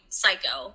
psycho